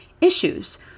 issues